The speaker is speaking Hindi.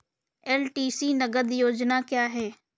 एल.टी.सी नगद योजना क्या है?